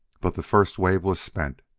but the first wave was spent.